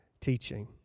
teaching